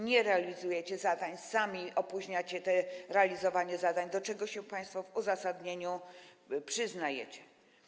Nie realizujecie zadań, sami opóźniacie realizowanie zadań, do czego się państwo w uzasadnieniu przyznajecie.